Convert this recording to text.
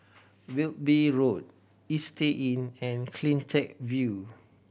Wilby Road Istay Inn and Cleantech View